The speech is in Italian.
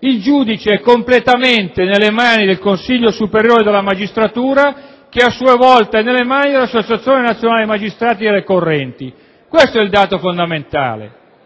il giudice è completamente nelle mani del Consiglio superiore della magistratura, che a sua volta è nelle mani dell'Associazione nazionale magistrati e delle correnti, questo è il dato fondamentale.